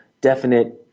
definite